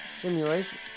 simulation